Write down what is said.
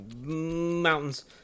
Mountains